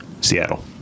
Seattle